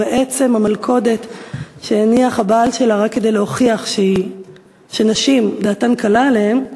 הוא בעצם המלכודת שהניח הבעל שלה רק כדי להוכיח שנשים דעתן קלה עליהן,